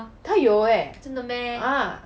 他有 eh ah